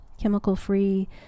chemical-free